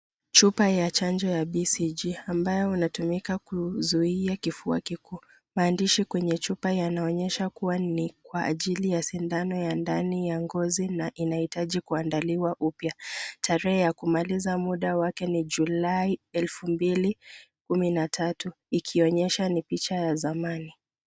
Chupa ya chanjo ya BCG ambayo inatumika kuzuia kifua kikuu. Maandishi kwenye chupa yanaonyesha kua ni kwa ajili ya sindano ya ndani ya ngozi na inahitaji kuandaliwa upya, tarehe wa kumaliza muda wake ni July 2013 ikionyeshani picha ya zamani.